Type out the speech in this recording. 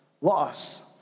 loss